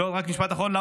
רק משפט אחרון.